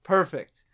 Perfect